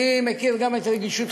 אני מכיר גם את רגישותך.